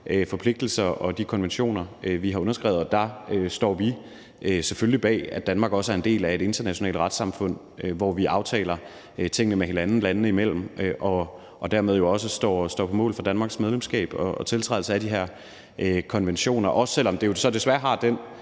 forpligtelser og de konventioner, vi har underskrevet. Og der står vi selvfølgelig bag, at Danmark også er en del af et internationalt retssamfund, hvor vi landene imellem aftaler tingene med hinanden, og dermed jo også står på mål for Danmarks medlemskab og tiltrædelse af de her konventioner, også selv om det jo så desværre har den